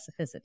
specificity